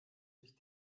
sich